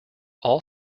all